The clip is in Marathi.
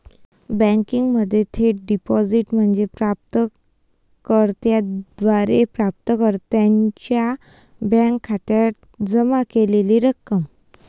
बँकिंगमध्ये थेट डिपॉझिट म्हणजे प्राप्त कर्त्याद्वारे प्राप्तकर्त्याच्या बँक खात्यात जमा केलेली रक्कम